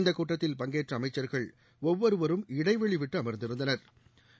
இந்த கூட்டத்தில் பங்கேற்ற அமைச்சா்கள் ஒவ்வொருவரும் இடைவெளிவிட்டு அமா்ந்திருந்தனா்